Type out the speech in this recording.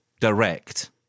direct